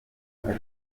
ajya